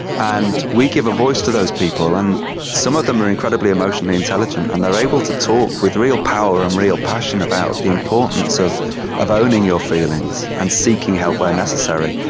and we give a voice to those people, and some of them are incredibly emotionally intelligent and they are able to talk with real power and real passion about the importance of of owning your feelings and seeking help where necessary.